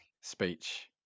speech